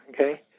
okay